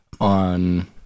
on